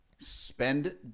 Spend